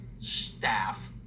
Staff